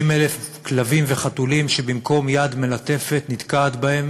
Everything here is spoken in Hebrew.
60,000 כלבים וחתולים, שבמקום יד מלטפת נתקע בהם